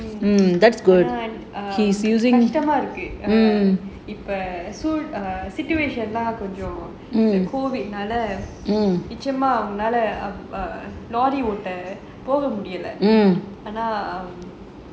கஷ்டமா இருக்கு இப்ப கொஞ்சம்:kashtamaa irukku ippa konjam COVID நால நிச்சயமா:naala nichayamaa lorry ஓட்ட போக மூடில ஆனா:ota poga mudila